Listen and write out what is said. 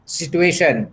situation